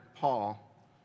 Paul